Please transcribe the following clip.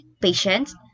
patience